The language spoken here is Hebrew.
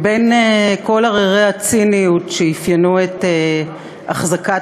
בין כל הררי הציניות שאפיינו את החזקת